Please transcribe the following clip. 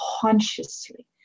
consciously